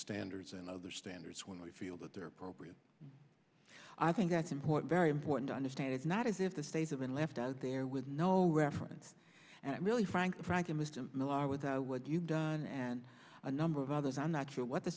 standards and other standards when we feel that they're appropriate i think that's important very important to understand it's not as if the states have been left out there with no reference and i'm really frank frank and mr miller with what you've done and a number of others i'm not sure what the